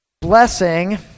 Blessing